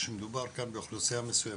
כשמדובר כאן באוכלוסייה מסוימת,